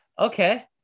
Okay